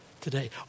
today